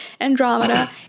Andromeda